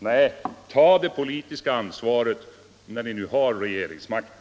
Nej, ta det politiska ansvaret, när ni nu har regeringsmakten!